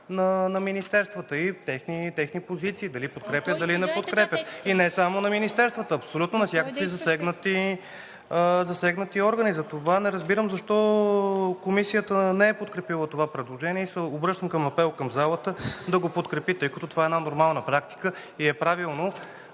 на министерствата и техни позиции – дали подкрепят, или не подкрепят. И не само на министерствата, абсолютно на всякакви засегнати органи. Затова не разбирам защо Комисията не е подкрепила това предложение. Обръщам се с апел към залата да го подкрепите, тъй като това е една нормална практика и е правилно